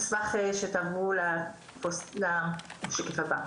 אשמח שתעברו לשקף הבא,